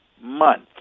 month